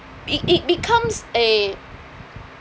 it it becomes a